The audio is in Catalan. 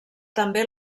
també